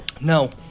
No